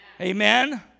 Amen